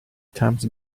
times